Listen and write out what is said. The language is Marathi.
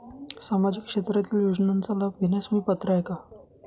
सामाजिक क्षेत्रातील योजनांचा लाभ घेण्यास मी पात्र आहे का?